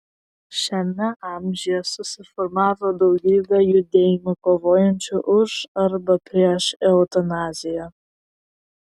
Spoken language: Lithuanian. šiame amžiuje susiformavo daugybė judėjimų kovojančių už arba prieš eutanaziją